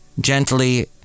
gently